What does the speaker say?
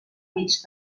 mig